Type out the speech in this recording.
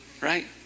right